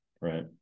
right